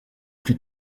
plus